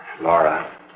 Laura